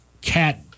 cat